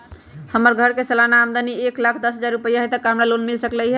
हमर घर के सालाना आमदनी एक लाख दस हजार रुपैया हाई त का हमरा लोन मिल सकलई ह?